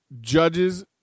judges